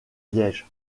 liège